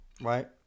Right